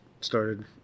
started –